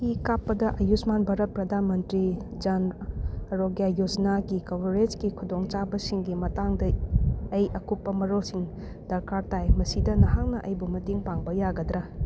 E ꯀꯥꯞꯄꯗ ꯑꯌꯨꯁꯃꯥꯟ ꯚꯥꯔꯠ ꯄ꯭ꯔꯗꯥꯟ ꯃꯟꯇ꯭ꯔꯤ ꯖꯥꯟ ꯑꯔꯣꯒ꯭ꯌꯥ ꯌꯣꯖꯅꯥꯒꯤ ꯀꯣꯕꯔꯦꯁꯀꯤ ꯈꯨꯗꯣꯡꯆꯥꯕꯁꯤꯡꯒꯤ ꯃꯇꯥꯡꯗ ꯑꯩ ꯑꯀꯨꯞꯄ ꯃꯔꯤꯜꯁꯤꯡ ꯗꯔꯀꯥꯔ ꯇꯥꯏ ꯃꯁꯤꯗ ꯅꯍꯥꯛꯅ ꯑꯩꯕꯨ ꯃꯇꯦꯡ ꯄꯥꯡꯕ ꯌꯥꯒꯗ꯭ꯔ